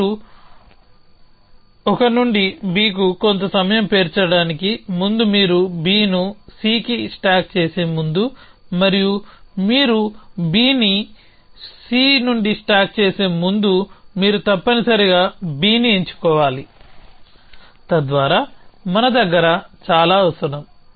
కానీ మీరు ఒక నుండి B కు కొంత సమయం పేర్చడానికి ముందు మీరు B ను C కు స్టాక్ చేసే ముందు మరియు మీరు B ను C నుండి స్టాక్ చేసే ముందు మీరు తప్పనిసరిగా B ని ఎంచుకోవాలి తద్వారా మన దగ్గర చాలా అవసరం